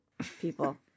people